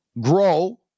grow